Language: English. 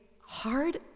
hard